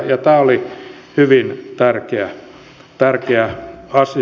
tämä oli hyvin tärkeä asia